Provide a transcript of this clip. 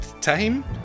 time